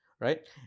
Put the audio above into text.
right